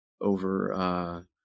over